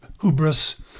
hubris